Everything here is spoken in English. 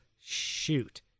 shoot